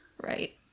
Right